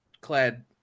clad